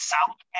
South